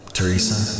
Teresa